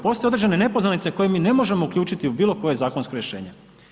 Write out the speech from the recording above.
Postoje određene nepoznanice koje mi ne možemo uključiti u bilo koje zakonsko rješenje.